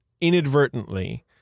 inadvertently